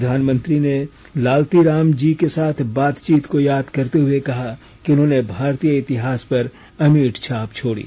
प्रधानमंत्री ने लालती राम जी के साथ बातचीत को याद करते हुए कहा कि उन्होंने भारतीय इतिहास पर अमिट छाप छोड़ी